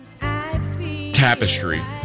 Tapestry